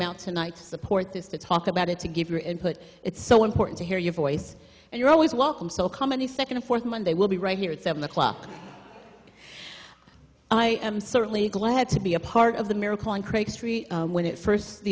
out tonight support this to talk about it to give your input it's so important to hear your voice and you're always welcome so come any second and fourth monday will be right here at seven o'clock i am certainly glad to be a part of the miracle on craig street when it first